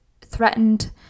threatened